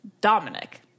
Dominic